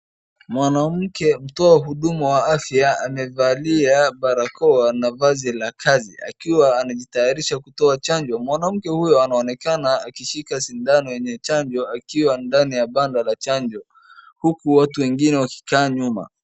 Mwanamke mtoa huduma wa afya amevalia barakoa na vazi la kazi akiwa anajitayarisha kutoa chanjo. Mwanamke huyo anaonekana akishika sindano yenye chanjo akiwa ndani ya banda la chanjo huku watu wengine wakikaa nyuma